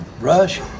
Rush